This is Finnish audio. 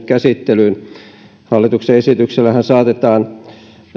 käsittelyyn hallituksen esityksellähän saatetaan